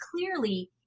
clearly